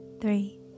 three